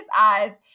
eyes